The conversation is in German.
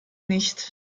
nicht